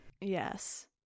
Yes